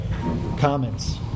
comments